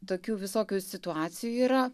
tokių visokių situacijų yra